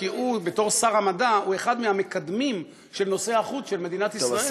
כי בתור שר המדע הוא אחד מהמקדמים של נושא החוץ של מדינת ישראל.